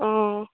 অঁ